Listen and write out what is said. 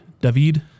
David